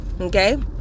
okay